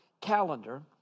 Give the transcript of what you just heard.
calendar